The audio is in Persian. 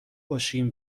باشیم